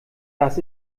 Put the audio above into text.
das